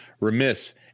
Remiss